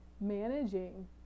managing